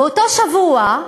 באותו שבוע,